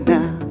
now